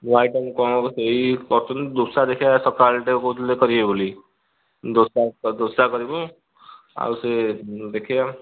ନୂଆ ଆଇଟମ୍ କ'ଣ ହେବ ସେହି କଚୋଡ଼ି ଦୋସା ଦେଖିବା ସକାଳଟା କହୁଥିଲେ କରିବେ ବୋଲି ଦୋସା ଦୋସା କରିବୁ ଆଉ ସେ ଦେଖିବା